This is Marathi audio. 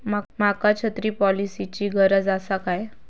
माका छत्री पॉलिसिची गरज आसा काय?